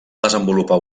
desenvolupar